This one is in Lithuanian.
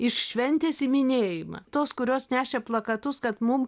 iš šventės į minėjimą tos kurios nešė plakatus kad mum